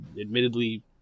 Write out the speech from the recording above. admittedly